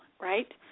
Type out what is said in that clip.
right